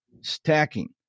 stacking